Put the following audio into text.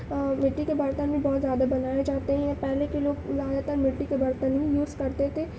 مٹی کے برتن بھی بہت زیادہ بنائے جاتے ہیں پہلے کے لوگ یہاں پر مٹی کے برتن ہی یوز کرتے تھے